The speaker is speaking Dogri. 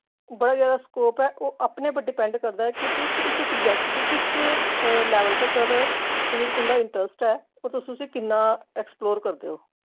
बड़ा जैदा स्कोप ऐ ओह् अपने पर डिपैंड करदा कि तुस उस सब्जैक्ट गी किस लैवल तक्कर समझी लैओ तुं'दा इंटरस्ट ऐ ओह् तुस किन्ना ऐक्सपलोर करदे हो